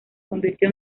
convirtió